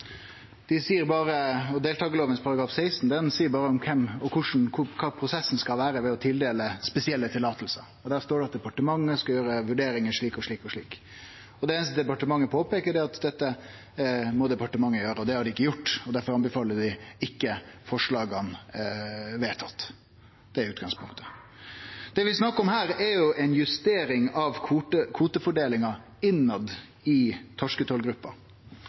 dei som står inne i merknaden om at departementet meiner at forslaga på nokon som helst måte vil vere i strid med deltakarloven § 16. Det seier ikkje departementet. Deltakarloven § 16 seier berre noko om kven, og om korleis prosessen skal vere ved å tildele spesielle tillatingar. Der står det at departementet skal gjere vurderingar slik og slik og slik. Det einaste departementet påpeiker, er at dette må departementet gjere, og det har dei ikkje gjort, og derfor anbefaler dei at forslaga ikkje blir vedtekne. Det er utgangpunktet. Det vi